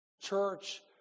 church